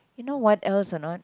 you know what else or not